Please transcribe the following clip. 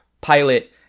pilot